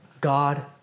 God